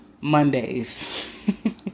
Mondays